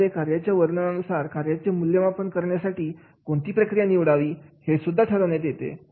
यामध्ये कार्याच्या वर्णनानुसार कार्याचे मूल्यमापन करण्यासाठी कोणती प्रक्रिया निवडावी हे सुद्धा ठरवण्यात येते